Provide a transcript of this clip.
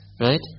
Right